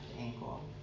ankle